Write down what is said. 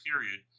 period